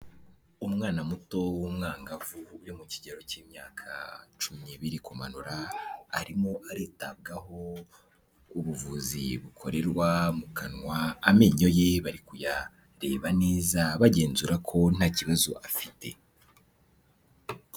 Umwana muto w'umwangavu uri mu kigero k'imyaka cumi n'ibiri kumanura arimo aritabwaho ubuvuzi bukorerwa mu kanwa, amenyo ye bari kuyareba neza bagenzura ko nta kibazo afite.